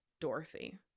Dorothy